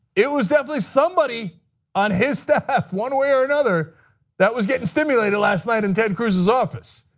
it was definitely somebody on his staff one way or another that was getting stimulated last night in ted cruz's office.